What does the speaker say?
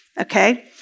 okay